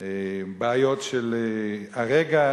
בעיות של הרגע,